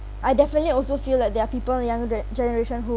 I definitely also feel that there are people younger ge~ generation who